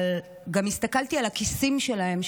אבל גם הסתכלתי על הכיסים שלהם,